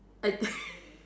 I